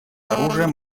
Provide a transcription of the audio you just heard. оружием